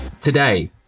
Today